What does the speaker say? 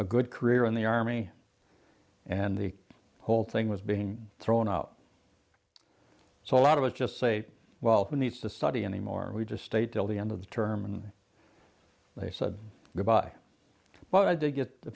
a good career in the army and the whole thing was being thrown out so a lot of us just say well who needs to study anymore we just stayed till the end of the term and they said goodbye but i did get a